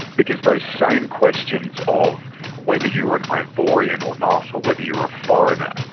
because those same questions of whether you were an ivorian or not, or whether you were a foreigner,